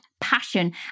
passion